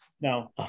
Now